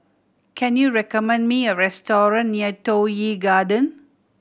can you recommend me a restaurant near Toh Yi Garden